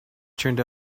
turned